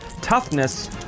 toughness